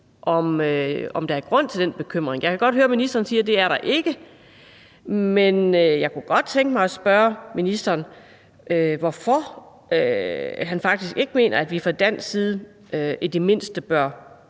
om der er grund til den bekymring. Jeg kan godt høre, at ministeren siger, at det er der ikke, men jeg kunne godt tænke mig at spørge ministeren om, hvorfor han ikke mener, at vi fra dansk side i det mindste bør